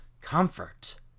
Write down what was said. Comfort